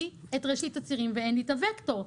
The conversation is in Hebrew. את ראשית הצירים ואין לי את הווקטור.